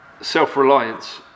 Self-reliance